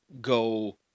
go